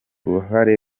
ruhare